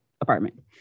apartment